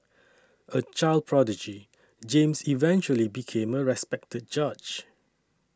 a child prodigy James eventually became a respected judge